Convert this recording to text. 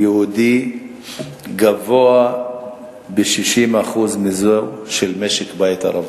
יהודי גבוהה ב-60% מזו של משק-בית ערבי.